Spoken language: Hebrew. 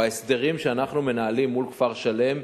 בהסדרים שאנחנו מנהלים מול כפר-שלם,